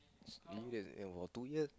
maybe that's in about two years